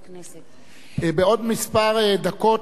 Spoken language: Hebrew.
בעוד דקות מספר יחליף אותי סגני,